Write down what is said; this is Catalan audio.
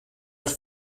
als